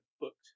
booked